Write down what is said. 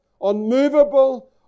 unmovable